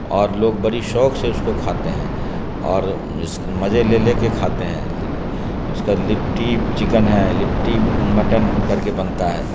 اور لوگ بڑی شوق سے اس کو کھاتے ہیں اور اس مزے لے لے کے کھاتے ہیں اس کا لٹی چکن ہے لٹی مٹن کر کے بنتا ہے